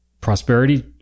prosperity